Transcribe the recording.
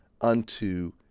unto